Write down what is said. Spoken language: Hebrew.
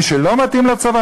מי שלא מתאים לצבא,